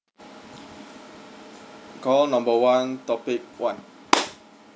call number one topic one